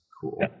cool